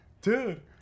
Dude